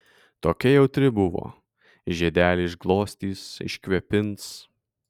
tokia jautri buvo žiedelį išglostys iškvėpins